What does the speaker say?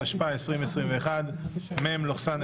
התשפ"א 2021 (מ/1443)